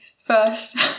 first